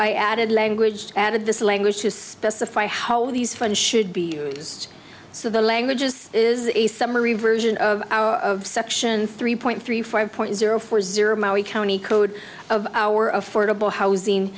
i added language added this language to specify how these funds should be used so the language is is a summary version of our of section three point three five point zero four zero we county code of our affordable housing